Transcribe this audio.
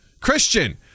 christian